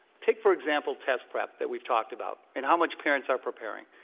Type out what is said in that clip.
take, for example, test prep that we've talked about and how much parents are preparing.